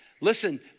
Listen